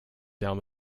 down